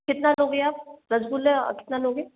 कितना लोगे आप रसगुल्ला कितना लोगे